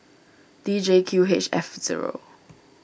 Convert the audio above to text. D J Q H F zero